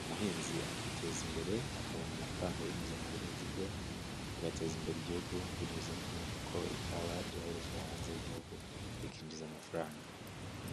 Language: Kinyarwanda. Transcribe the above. umuhinzi akiteza imbere akabona amafaranga binyuze mu buhinzi bwe, agateza imbere Igihugu binyuze mu ko ikawa ryoherezwa hanze y'Igihugu rikinjiza amafaranga.